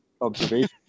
observation